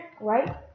right